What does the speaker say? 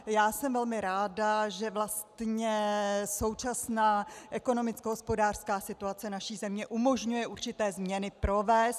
Já jsem velmi ráda, že vlastně současná ekonomickohospodářská situace naší země umožňuje určité změny provést.